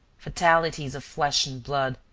fatalities of flesh and blood,